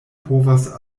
povas